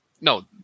No